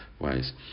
ways